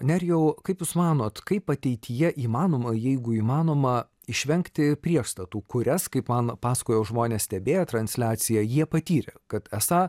nerijau kaip jūs manot kaip ateityje įmanoma jeigu įmanoma išvengti priešstatų kurias kaip man pasakojo žmonės stebėję transliaciją jie patyrė kad esą